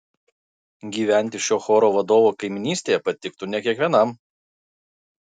gyventi šio choro vadovo kaimynystėje patiktų ne kiekvienam